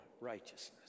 righteousness